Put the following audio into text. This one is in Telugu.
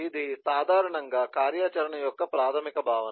ఇది సాధారణంగా కార్యాచరణ యొక్క ప్రాథమిక భావన